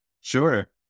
sure